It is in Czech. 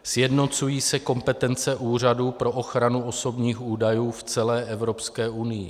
Sjednocují se kompetence úřadů pro ochranu osobních údajů v celé Evropské unii.